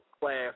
class